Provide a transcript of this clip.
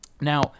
Now